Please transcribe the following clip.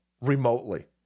remotely